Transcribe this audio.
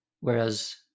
Whereas